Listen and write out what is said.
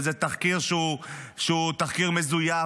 וזה תחקיר שהוא תחקיר מזויף,